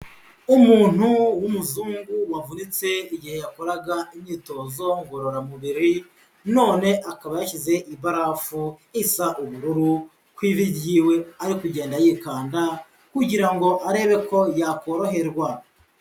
Umuntu w'umuzungu wavunitse igihe yakoraga imyitozo ngororamubiri, none akaba yashyize ibarafu isa ubururu ku ivi ryiwe, ari kugenda yikanda kugira ngo arebe ko yakoroherwa.